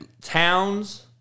Towns